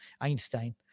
Einstein